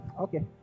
okay